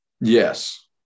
Yes